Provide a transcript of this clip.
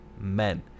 men